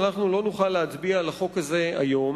אנחנו לא נוכל להצביע על החוק הזה היום.